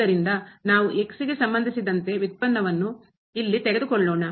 ಆದ್ದರಿಂದ ನಾವು ಗೆ ಸಂಬಂಧಿಸಿದಂತೆ ವ್ಯುತ್ಪನ್ನವನ್ನು ಇಲ್ಲಿ ತೆಗೆದುಕೊಳ್ಳೋಣ